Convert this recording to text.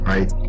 Right